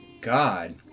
God